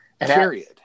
Period